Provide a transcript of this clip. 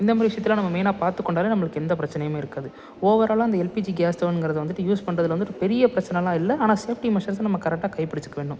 இந்த மாதிரி விஷயத்தெலாம் நம்ம மெயினாக பார்த்து கொண்டாலே நம்மளுக்கு எந்த பிரச்சினையுமே இருக்காது ஓவராலாக அந்த எல்பிஜி கேஸ் ஸ்டவ்வுங்கிறது வந்துட்டு யூஸ் பண்ணுறதுல வந்துட்டு பெரிய பிரச்சினலாம் இல்லை ஆனால் சேஃப்டி மெஷர்ஸை நம்ம கரெக்டாக கை பிடிச்சுக்க வேண்டும்